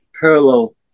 parallel